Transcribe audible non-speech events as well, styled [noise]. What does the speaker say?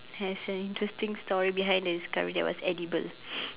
has an interesting story behind the discovery that it was edible [noise]